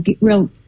real